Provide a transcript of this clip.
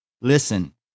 listen